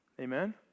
Amen